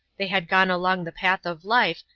they had gone along the path of life,